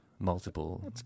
Multiple